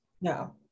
no